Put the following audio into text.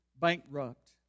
bankrupt